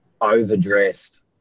Overdressed